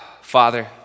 Father